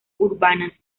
urbanas